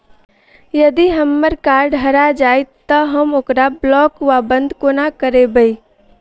यदि हम्मर कार्ड हरा जाइत तऽ हम ओकरा ब्लॉक वा बंद कोना करेबै?